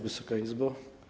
Wysoka Izbo!